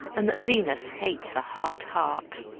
and that venus hates a hard heart,